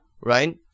Right